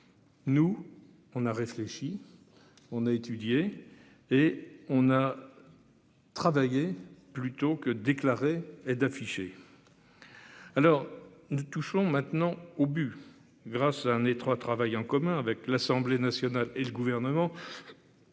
Nous, on a réfléchi, on a étudié et on a. Travaillé plutôt que déclarer et d'afficher. Alors nous touchons maintenant au but grâce à un étroit, travail en commun avec l'Assemblée nationale et le gouvernement.